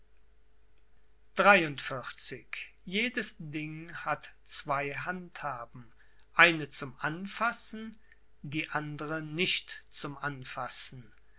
jedes ding hat zwei handhaben eine zum anfassen die andere nicht zum anfassen